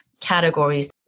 categories